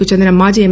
కు చెందిన మాజీ ఎం